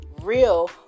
real